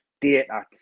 data